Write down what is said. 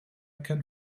can